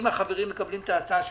אם החברים מקבלים את ההצעה שלי,